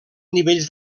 nivells